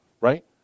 Right